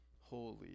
holy